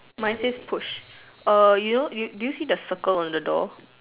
mine says push err you know you do you see the circle on the door